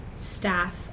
staff